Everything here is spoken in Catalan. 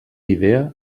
idea